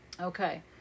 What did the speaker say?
Okay